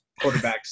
quarterbacks